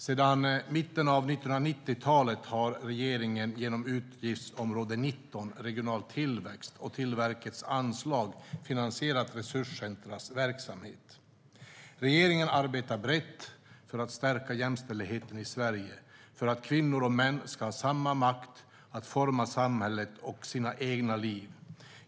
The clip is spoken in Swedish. Sedan mitten av 1990-talet har regeringen genom utgiftsområde 19 Regional tillväxt och Tillväxtverkets anslag finansierat resurscentras verksamhet. Regeringen arbetar brett för att stärka jämställdheten i Sverige för att kvinnor och män ska ha samma makt att forma samhället och sina egna liv.